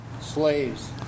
slaves—